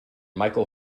michael